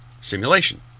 simulation